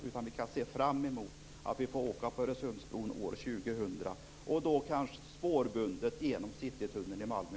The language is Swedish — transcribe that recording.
Vi kan alltså se fram emot att åka på Öresundsbron år 2000, kanske t.o.m. spårbundet genom Citytunneln i Malmö.